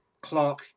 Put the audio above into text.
Clark